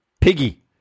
Piggy